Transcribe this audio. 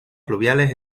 fluviales